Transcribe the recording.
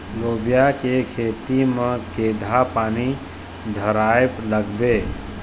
लोबिया के खेती म केघा पानी धराएबर लागथे?